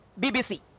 bbc